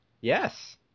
Yes